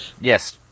Yes